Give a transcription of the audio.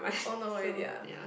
oh no really ah